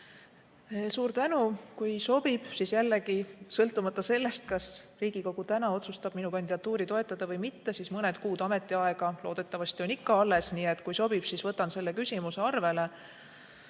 Suur tänu! Kui sobib, siis jällegi, sõltumata sellest, kas Riigikogu täna otsustab minu kandidatuuri toetada või mitte, mõned kuud ametiaega on mul loodetavasti ikka alles, võtan selle küsimuse arvele.